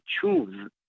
choose